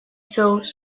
thought